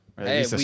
Hey